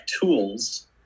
tools